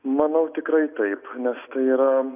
manau tikrai taip nes tai yra